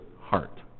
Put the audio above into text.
heart